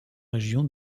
région